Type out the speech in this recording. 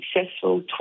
successful